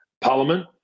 parliament